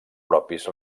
propis